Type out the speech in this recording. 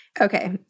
Okay